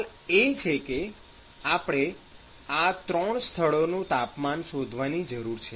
સવાલ એ છે કે આપણે આ ત્રણ સ્થળોનું તાપમાન શોધવાની જરૂર છે